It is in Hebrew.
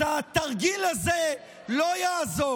אז התרגיל הזה לא יעזור.